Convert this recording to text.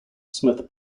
smyth